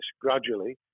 gradually